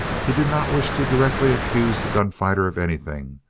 he did not wish to directly accuse the gun-fighter of anything,